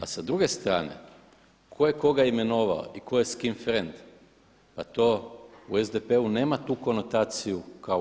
A sa druge strane, tko je koga imenovao i tko je s kim frend pa to u SDP-u nema tu konotaciju kao u